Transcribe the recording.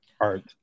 art